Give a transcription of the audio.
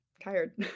tired